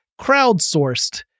crowdsourced